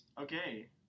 Okay